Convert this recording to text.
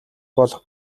болох